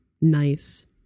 nice